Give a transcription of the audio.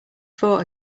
fought